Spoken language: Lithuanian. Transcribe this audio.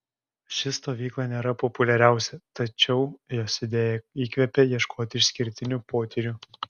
ši stovykla nėra populiariausia tačiau jos idėja įkvepia ieškoti išskirtinių potyrių